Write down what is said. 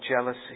jealousy